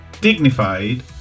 dignified